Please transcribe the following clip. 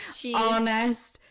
honest